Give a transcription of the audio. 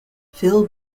phil